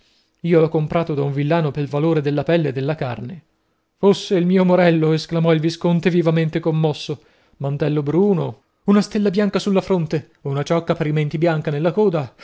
io l'ho comprato da un villano pel valore della pelle e della carne fosse il mio morello esclamò il visconte vivamente commosso mantello bruno una stella bianca sulla fronte una ciocca parimenti bianca nella coda